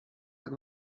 tak